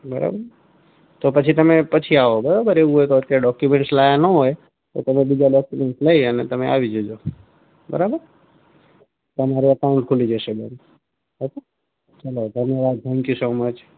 બરાબર તો પછી તમે પછી આવો બરાબર અત્યારે એવું હોય તો ડોક્યુમેન્ટ્સ લાવ્યાં ન હોય તો તમે બીજા ડોક્યુમેન્ટ્સ લઇ અને તમે આવી જજો બરાબર તમારું અકાઉન્ટ ખૂલી જશે બેન ઓકે ચાલો ધન્યવાદ થેન્ક યુ સો મચ